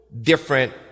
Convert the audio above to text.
different